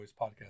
Podcast